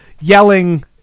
yelling